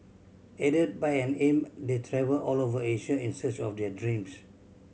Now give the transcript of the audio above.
aided by an imp they travel all over Asia in search of their dreams